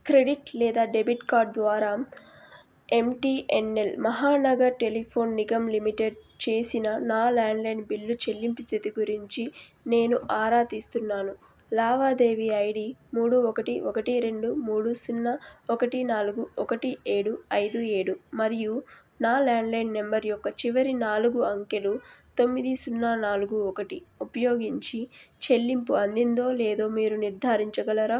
credit లేదా debit card ద్వారా MTNL Mahanagar telephone Nigam limited చేసిన నా ల్యాండ్లైన్ బిల్లు చెల్లింపు స్థితి గురించి నేను ఆరాతీస్తున్నాను లావాదేవీ ఐడి మూడు ఒకటి ఒకటి రెండు మూడు సున్నా ఒకటి నాలుగు ఒకటి ఏడు ఐదు ఏడు మరియు నా ల్యాండ్లైన్ నంబర్ యొక్క చివరి నాలుగు అంకెలు తొమ్మిది సున్నా నాలుగు ఒకటి ఉపయోగించి చెల్లింపు అందిందో లేదో మీరు నిర్ధారించగలరా